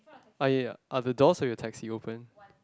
uh ya are the doors of your taxi open